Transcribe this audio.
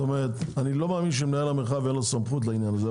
אני לא מאמין שלמנהל המרחב אין סמכות לעניין הזה,